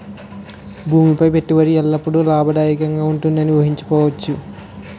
భూమి పై పెట్టుబడి ఎల్లప్పుడూ లాభదాయకంగానే ఉంటుందని ఊహించవచ్చు